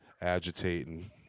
agitating